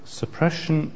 suppression